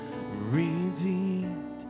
Redeemed